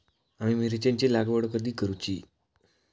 आम्ही मिरचेंची लागवड कधी करूची?